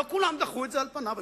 לא כולם דחו את זה על פניו.